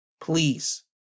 please